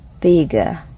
bigger